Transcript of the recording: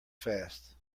fast